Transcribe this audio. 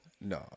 No